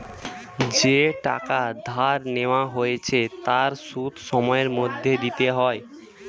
যেই টাকা ধার নেওয়া হয়েছে তার সুদ সময়ের মধ্যে দিতে হয়